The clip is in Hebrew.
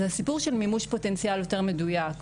זה הסיפור של מימוש פוטנציאל יותר מדויק.